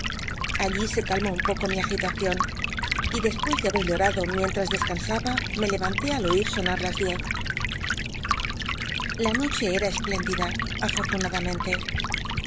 allí se calmó un poco mi agitacion y despucs de haber llorado mientras descansaba me levanté al oir sonar las diez t a noche era espléndida afortunadamente